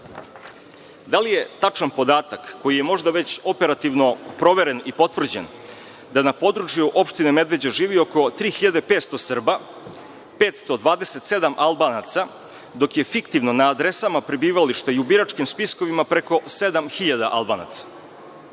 Da li je tačan podatak, koji je već možda operativno proveren i potvrđen da na području opštine Medveđa živi oko 3.500 Srba, 527 Albanaca, dok je fiktivno na adresama prebivališta i u biračkim spiskovima preko 7.000 Albanaca? Da